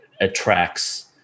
attracts